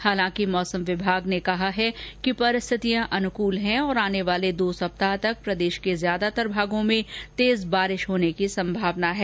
हालांकि मौसम विभाग ने आज कहा कि परिस्थितियां अनुकूल हैं और आने वाले दो सप्ताह तक प्रदेश के ज्यादातर भागों में तेज बारिश होने की संभावना है